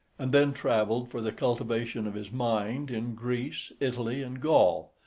and then travelled for the cultivation of his mind in greece, italy, and gaul,